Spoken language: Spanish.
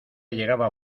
llegaba